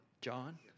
John